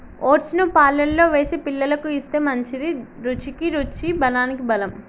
oats ను పాలల్లో వేసి పిల్లలకు ఇస్తే మంచిది, రుచికి రుచి బలానికి బలం